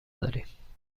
داریم